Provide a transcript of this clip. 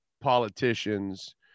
politicians